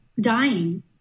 dying